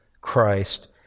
Christ